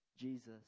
Jesus